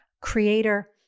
creator